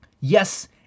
yes